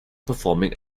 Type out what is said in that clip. performing